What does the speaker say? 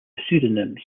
pseudonyms